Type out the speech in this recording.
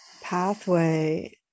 pathway